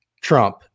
Trump